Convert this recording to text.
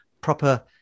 proper